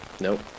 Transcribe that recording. Nope